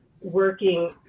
working